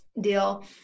deal